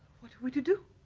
what are we to do?